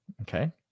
Okay